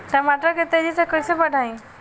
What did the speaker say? टमाटर के तेजी से कइसे बढ़ाई?